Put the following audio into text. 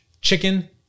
chicken